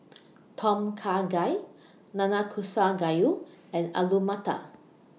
Tom Kha Gai Nanakusa Gayu and Alu Matar